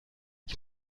ich